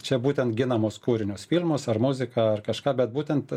čia būtent ginamus kūrinius filmus ar muziką ar kažką bet būtent